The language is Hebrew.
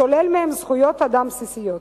השולל מהם זכויות אדם בסיסיות?